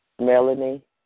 Melanie